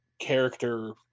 character